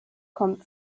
kommt